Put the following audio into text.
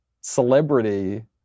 celebrity